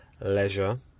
Leisure